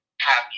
happy